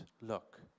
look